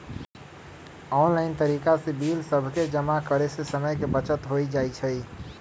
online तरिका से bill सभके जमा करे से समय के बचत हो जाइ छइ